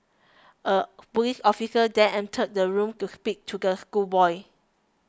a police officer then entered the room to speak to the schoolboy